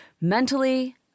mentally